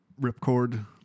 ripcord